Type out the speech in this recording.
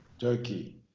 Turkey